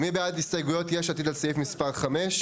מי בעד הסתייגויות יש עתיד על סעיף מספר 5?